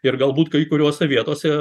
ir galbūt kai kuriose vietose